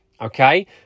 okay